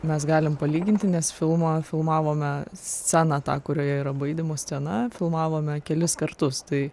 mes galim palyginti nes filmą filmavome sceną tą kurioje yra baidymo scena filmavome kelis kartus tai